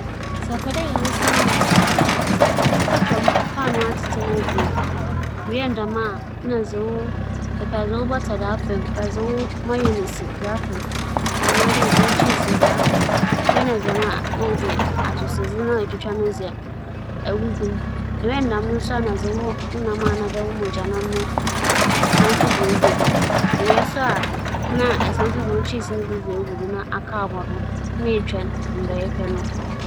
Sɛ epɛ dɛ eyɛ paanoo a wͻdze edziban ahorow hyehye mu no bi a, ibehia wo "beef" nam a wͻanyam, gyeene, wo kyirefuwa, nkyen, nna paanoo nankasa. Ntsi ma ebɛyɛ nye dɛ, ibotwitwa wo gyeene no na edze afora "beef" nam no na abͻ wo kyirefuwa na edze nkyen ato mu na edze "beef" nam a edze gyeene no afora no afora kyirefuwa no akyew, ewia nna edze akɛhyɛ paanoo no mu nna ewie.